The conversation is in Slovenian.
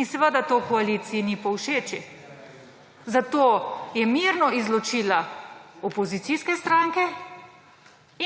In seveda to koaliciji ni povšeči. Zato je mirno izločila opozicijske stranke